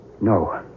No